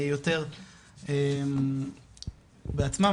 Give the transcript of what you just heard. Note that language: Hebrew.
יותר בעצמה.